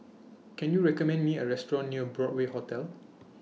Can YOU recommend Me A Restaurant near Broadway Hotel